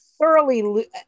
Thoroughly